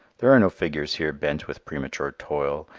there are no figures here bent with premature toil,